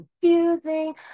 confusing